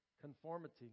Conformity